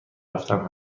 رفتن